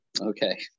Okay